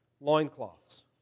loincloths